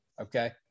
okay